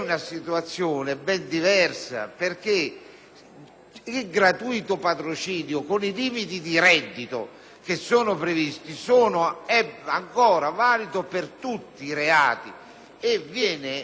Il gratuito patrocinio, infatti, con i limiti di reddito previsti, è ancora valido per tutti i reati e viene attualmente applicato per tutti i reati.